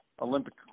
Olympic